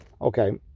okay